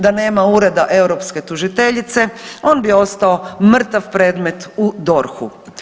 Da nema ureda europske tužiteljice on bi ostao mrtav predmet u DORH-u.